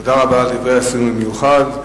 תודה רבה, על דברי הסיום במיוחד.